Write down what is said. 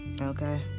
okay